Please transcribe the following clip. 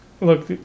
look